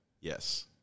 Yes